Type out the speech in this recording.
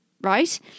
Right